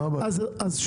מה הבעיה?